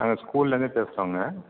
நாங்கள் ஸ்கூல்லேருந்து பேசுகிறோங்க